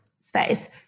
space